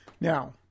Now